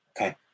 Okay